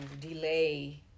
delay